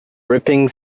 ripping